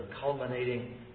culminating